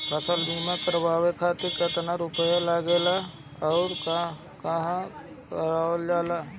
फसल बीमा करावे खातिर केतना रुपया लागेला अउर कहवा करावल जाला?